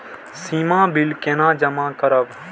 सीमा bill केना जमा करब?